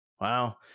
wow